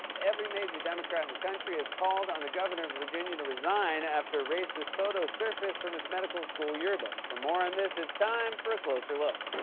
every major democrat in the country has called on the governor of virginia to resign after racist photos surfaced from his medical-school yearbook. for more on this, it's time for a closer look.